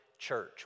church